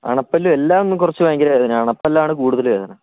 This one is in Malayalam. അണപ്പല്ലും എല്ലാം കുറച്ച് ഭയങ്കര വേദനയാണ് അണപ്പല്ലാണ് കൂടുതൽ വേദന